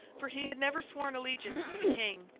for he had never sworn allegiance to the king,